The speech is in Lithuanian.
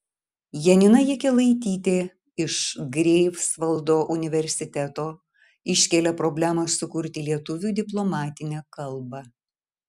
janina jakelaitytė iš greifsvaldo universiteto iškelia problemą sukurti lietuvių diplomatinę kalbą